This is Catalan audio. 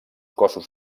cossos